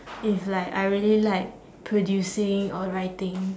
if like I really like producing or writing